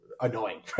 annoying